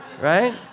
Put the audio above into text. right